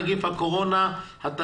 נגיף הקורונה החדש),